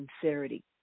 sincerity